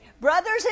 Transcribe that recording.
Brothers